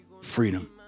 Freedom